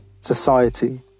society